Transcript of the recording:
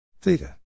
Theta